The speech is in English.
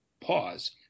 pause